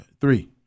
Three